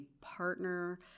partner